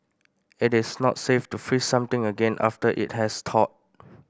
it is not safe to freeze something again after it has thawed